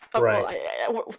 right